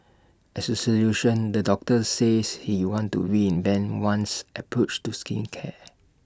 as A solution the doctor says he wants to reinvent one's approach to skincare